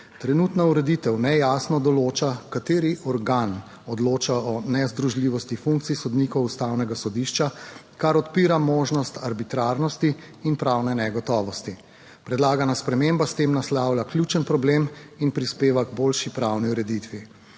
Trenutna ureditev nejasno določa, kateri organ odloča o nezdružljivosti funkcij sodnikov Ustavnega sodišča, kar odpira možnost arbitrarnosti in pravne negotovosti. Predlagana sprememba s tem naslavlja ključen problem in prispeva k boljši pravni ureditvi